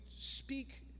speak